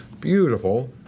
beautiful